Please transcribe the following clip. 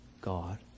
God